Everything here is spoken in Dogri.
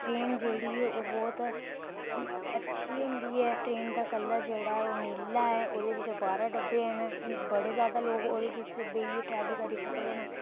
ट्रेन जेह्ड़ी ऐ ओह् ते ट्रेन अच्छी होंदी ऐ ते ट्रेन दा जेह्ड़ा कलर नीला ऐ ते ओह्दे बिच बारां डब्बे न ते बड़े जैदा लोग ओह्दे बिच बेहियै ट्रैवल करी सकदे न